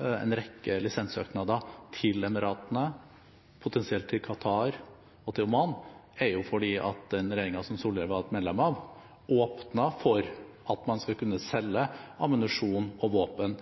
en rekke lisenssøknader til Emiratene, potensielt til Qatar og Oman, er at den regjeringen som Solhjell var medlem av, åpnet for at man skulle kunne selge ammunisjon og våpen